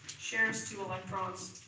shares two electrons.